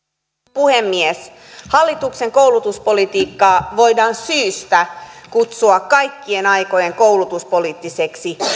puhemies hallituksen koulutuspolitiikkaa voidaan syystä kutsua kaikkien aikojen koulutuspoliittiseksi